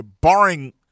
barring